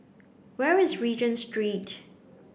where is Regent Street